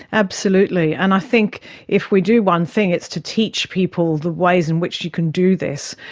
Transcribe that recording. absolutely, and i think if we do one thing it's to teach people the ways in which you can do this.